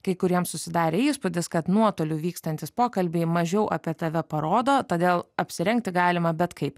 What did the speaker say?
kai kuriems susidarė įspūdis kad nuotoliu vykstantys pokalbiai mažiau apie tave parodo todėl apsirengti galima bet kaip